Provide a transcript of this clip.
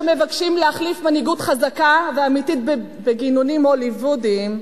שמבקשים להחליף מנהיגות חזקה ואמיתית בגינונים הוליוודיים,